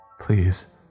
Please